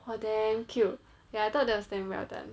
!wah! damn cute ya I thought that was damn well done